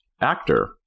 actor